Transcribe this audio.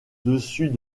dessus